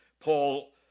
Paul